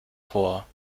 vor